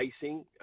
facing